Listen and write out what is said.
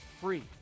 free